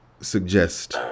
suggest